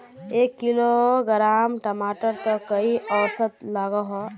एक किलोग्राम टमाटर त कई औसत लागोहो?